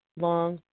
long